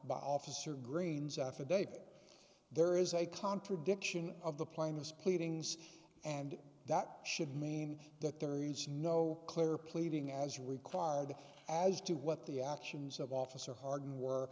by officer green's affidavit there is a contradiction of the plaintiffs pleadings and that should mean that there is no clear pleading as required as to what the actions of officer hardin w